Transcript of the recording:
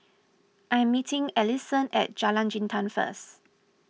I am meeting Ellison at Jalan Jintan first